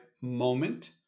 moment